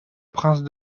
prince